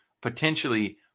potentially